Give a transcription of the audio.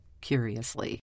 curiously